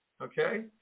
Okay